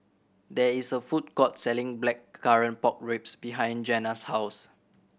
there is a food court selling Blackcurrant Pork Ribs behind Jena's house